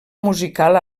musical